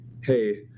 hey